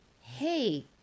Hey